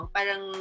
Parang